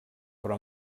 però